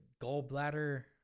gallbladder